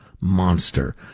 monster